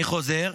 אני חוזר,